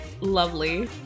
lovely